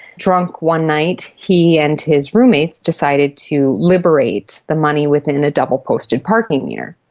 drunk one night, he and his roommates decided to liberate the money within a double posted parking meter,